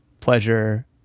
pleasure